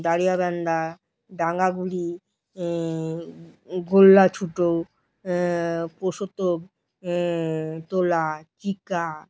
দাড়িয়াবান্ধা ডাংগুলি গোল্লাছুট পশতক তোলা চিকা